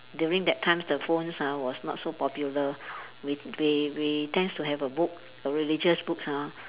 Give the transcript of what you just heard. during that time the phones ah are was not so popular we we we tends to have a book a religious books ah